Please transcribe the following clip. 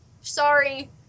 sorry